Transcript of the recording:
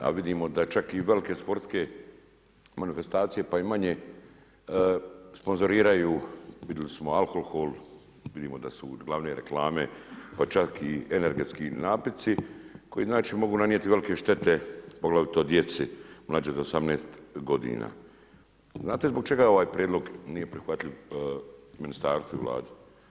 A vidimo da čak i velike sportske manifestacije, pa i manje, sponzoriraju vidjeli smo alkohol, vidimo da su glavne reklame pa čak i energetski napici koji najjače mogu nanijeti velike štete, poglavito djeci mlađih od 18 g. Znate zbog čega ovaj prijedlog nije prihvatljiv ministarstvu i Vladi?